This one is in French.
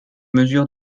mesures